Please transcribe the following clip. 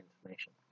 information